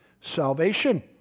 Salvation